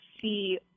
see